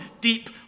deep